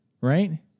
Right